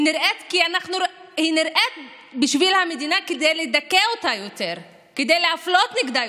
האם הפתרון היחיד,